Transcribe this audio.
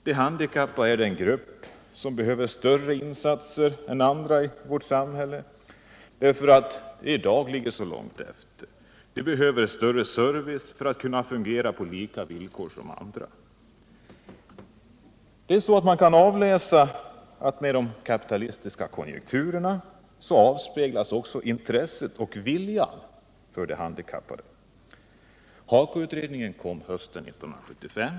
De handikappade är en grupp som behöver större insatser än andra i vårt samhälle, därför att de i dag ligger så långt efter. De behöver mer service för att kunna fungera på lika villkor som andra. Man kan avläsa att i de kapitalistiska konjunkturerna avspeglas också intresset för och viljan att hjälpa de handikappade. HAKO-utredningen tillkom hösten 1975.